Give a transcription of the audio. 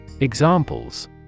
Examples